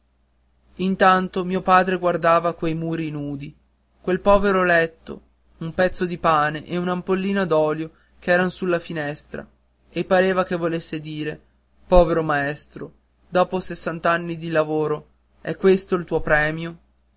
intanto mio padre guardava quei muri nudi quel povero letto un pezzo di pane e un'ampollina d'olio ch'eran sulla finestra e pareva che volesse dire povero maestro dopo sessant'anni di lavoro è questo tutto il tuo premio